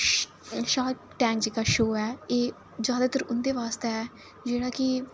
shark time जेह्का show ऐ एह् जैदातर उं'दे वास्तै ऐ जेह्ड़ा कि